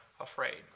afraid